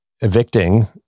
evicting